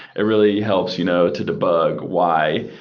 it really helps you know to debug why.